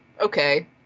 Okay